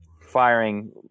firing